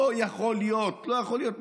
לא יכול להיות,